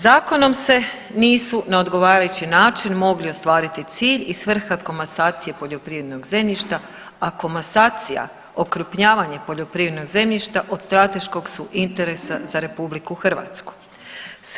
Zakonom se nisu na odgovarajući način mogli ostvariti cilj i svrha komasacije poljoprivrednog zemljišta, a komasacija, okrupnjavanje poljoprivrednog zemljišta od strateškog su interesa za Republiku Hrvatsku.